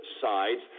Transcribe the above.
sides